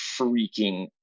freaking